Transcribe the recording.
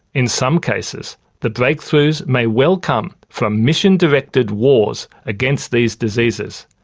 in some cases the breakthroughs may well come from mission-directed wars against these diseases,